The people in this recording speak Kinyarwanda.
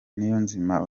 niyonzima